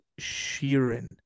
Sheeran